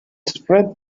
spread